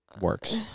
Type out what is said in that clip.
works